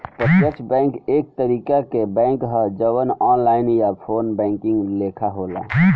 प्रत्यक्ष बैंक एक तरीका के बैंक ह जवन ऑनलाइन या फ़ोन बैंकिंग लेखा होला